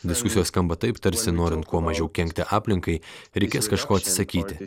diskusijos skamba taip tarsi norint kuo mažiau kenkti aplinkai reikės kažko atsisakyti